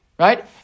Right